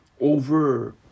Over